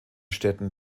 städten